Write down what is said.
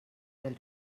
del